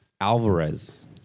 Alvarez